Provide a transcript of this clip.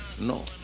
No